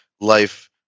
life